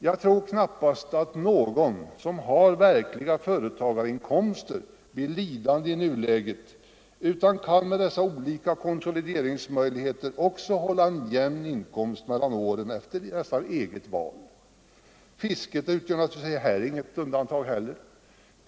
Jag tror knappast att de som har verkliga företagarinkomster blir lidande i nuläget, utan de kan med olika konsolideringsmöjligheter fördela inkomsten jämnt mellan åren efter nästan eget val. Fisket utgör heller inget undantag.